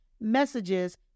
messages